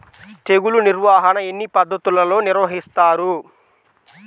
తెగులు నిర్వాహణ ఎన్ని పద్ధతులలో నిర్వహిస్తారు?